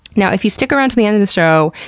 now, if you stick around to the end of the show,